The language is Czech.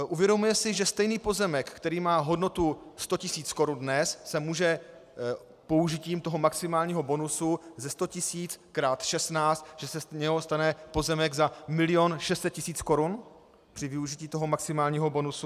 Uvědomujeme si, že stejný pozemek, který má hodnotu sto tisíc korun dnes, se může použitím toho maximálního bonusu ze sto tisíc x 16, že se z něho stane pozemek za milion šest set tisíc korun při využití toho maximálního bonusu?